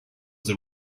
that